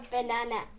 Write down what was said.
Banana